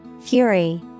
Fury